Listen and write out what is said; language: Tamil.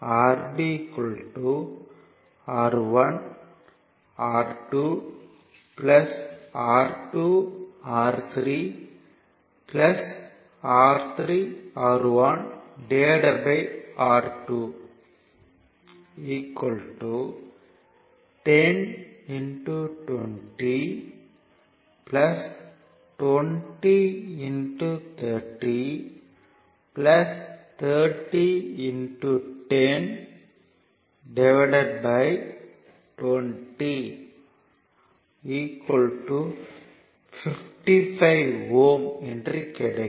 Rb R1R2 R2 R3 R3 R1R2 10 20 20 30 30 10 20 55 Ω என்று கிடைக்கும்